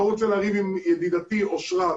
אני לא רוצה לריב עם ידידתי אושרת,